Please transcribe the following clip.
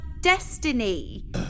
destiny